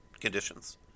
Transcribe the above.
conditions